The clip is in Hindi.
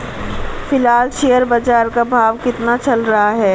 फिलहाल शेयर बाजार का भाव कितना चल रहा है?